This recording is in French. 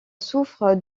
souffre